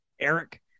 Eric